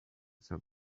some